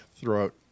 throughout